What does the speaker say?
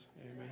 Amen